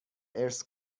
ارث